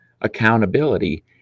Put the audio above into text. accountability